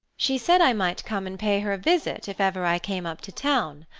she said i might come and pay her a visit if ever i came up to town.